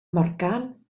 morgan